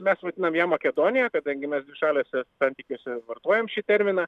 mes vadiname ją makedonija kadangi mes dvišaliuose santykiuose vartojam šį terminą